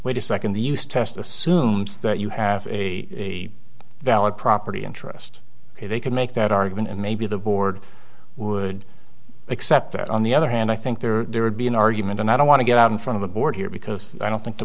wait a second the used test assumes that you have a valid property interest if they can make that argument and maybe the board would accept that on the other hand i think there would be an argument and i don't want to get out in front of the board here because i don't think the